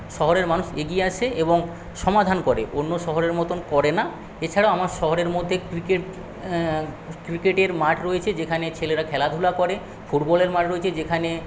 শহরের মানুষ এগিয়ে আসে এবং সমাধান করে অন্য শহরের মতন করে না এছাড়া আমার শহরের মধ্যে ক্রিকেট ক্রিকেটের মাঠ রয়েছে যেখানে ছেলেরা খেলাধুলা করে ফুটবলের মাঠ রয়েছে যেখানে